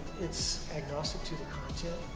it's agnostic to the content.